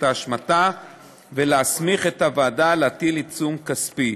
ההשמטה ולהסמיך את הוועדה להטיל עיצום כספי.